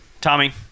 Tommy